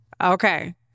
Okay